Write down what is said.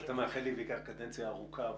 מאחל לי בעיקר קדנציה ארוכה בתפקיד.